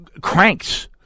cranks